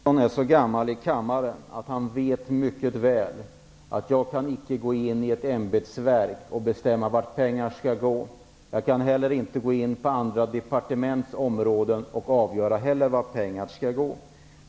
Herr talman! Lennart Nilsson är så gammal i kammaren att han mycket väl vet att jag inte kan gå in i ett ämbetsverk och bestämma vart pengar skall gå. Jag kan inte heller gå in på andra departements område och avgöra vart pengar där skall gå.